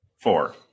Four